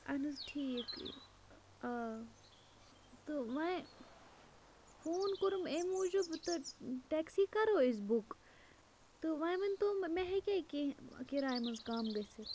اَہَن حظ ٹھیٖک آ تہٕ وۄنۍ فون کوٚرُم اَمۍ موٗجوٗب تہٕ ٹیکسی کَرو أسۍ بُک تہٕ وۄنۍ ؤنۍتوم مےٚ ہیٚکیٛاہ کیٚنہہ کِراے منٛز کَم گٔژھِتھ